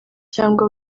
cyangwa